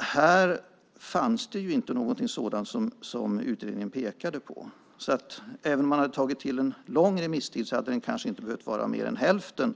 Här fanns det ju inte någonting sådant som utredningen pekade på, så även om man hade tagit till en lång remisstid hade den kanske inte behövt vara mer än hälften